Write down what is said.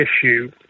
issue